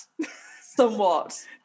somewhat